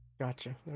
Gotcha